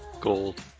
Gold